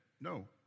No